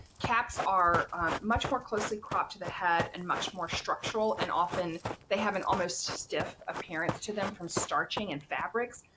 caps are much more closely cropped to the head and much more structural and often they have an almost stiff appearance to them from starching and fabrics,